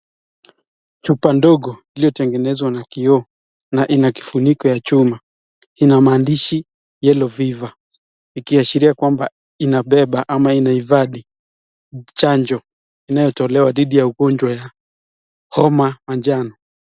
Chupa ndogo iliyotengenezwa na kioo na ina kifuniko ya chuma. Ina maandishi Yellow Viva ikiashiria kwamba inabeba ama inaivadi chanjo inayotolewa dhidi ya ugonjwa ya homa ya njano.